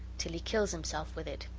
till he kills himself with it.